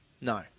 No